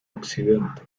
occidente